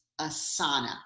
Asana